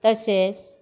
तशेंच